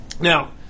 Now